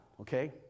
okay